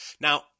Now